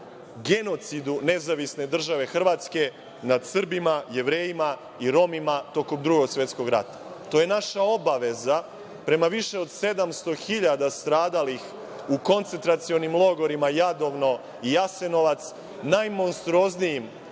genocidu NDH nad Srbima, Jevrejima i Romima tokom Drugog svetskog rata. To je naša obaveza prema više od 700.000 stradalih u koncentracionim logorima Jadovno i Jasenovac, najmonstruoznijim